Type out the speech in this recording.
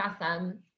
awesome